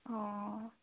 অঁ